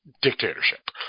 dictatorship